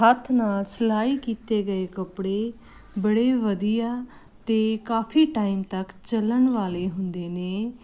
ਹੱਥ ਨਾਲ ਸਿਲਾਈ ਕੀਤੇ ਗਏ ਕੱਪੜੇ ਬੜੇ ਵਧੀਆ ਤੇ ਕਾਫੀ ਟਾਈਮ ਤੱਕ ਚੱਲਣ ਵਾਲੇ ਹੁੰਦੇ ਨੇ